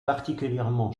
particulièrement